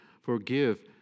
forgive